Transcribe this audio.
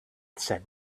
said